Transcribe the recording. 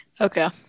okay